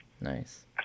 Nice